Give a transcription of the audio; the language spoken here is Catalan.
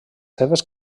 seves